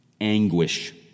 anguish